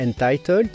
entitled